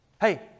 Hey